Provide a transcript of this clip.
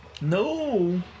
No